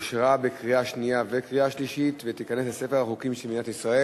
אושרה בקריאה שנייה וקריאה שלישית ותיכנס לספר החוקים של מדינת ישראל.